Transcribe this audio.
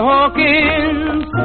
Hawkins